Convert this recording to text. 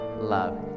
love